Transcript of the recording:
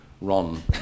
Ron